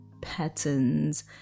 patterns